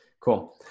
Cool